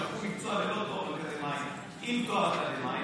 שהפכו מקצוע ללא תואר אקדמי למקצוע עם תואר אקדמי,